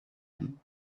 him